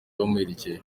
bamuherekeje